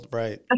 right